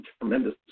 tremendous